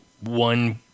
one